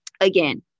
again